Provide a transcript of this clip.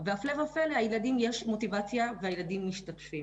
והפלא ופלא לילדים יש מוטיבציה והם משתתפים.